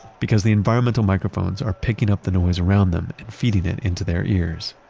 because the environmental microphones are picking up the noise around them and feeding it into their ears